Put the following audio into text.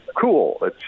cool